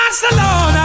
Barcelona